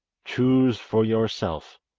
choose for yourself.